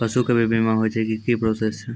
पसु के भी बीमा होय छै, की प्रोसेस छै?